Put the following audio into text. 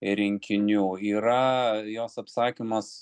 rinkinių yra jos apsakymas